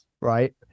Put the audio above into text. Right